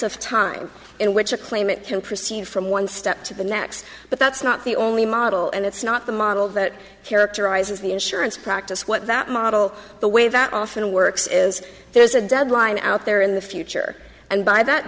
of time in which a claimant can proceed from one step to the next but that's not the only model and it's not the model that characterizes the insurance practice what that model the way that often works is there's a deadline out there in the future and by that